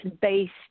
based